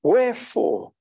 Wherefore